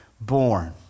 born